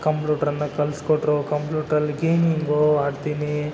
ಕಂಪ್ಯೂಟ್ರನ್ನು ಕಲಿಸ್ಕೊಟ್ರು ಕಂಪ್ಯೂಟ್ರಲ್ಲಿ ಗೇಮಿಂಗು ಆಡ್ತೀನಿ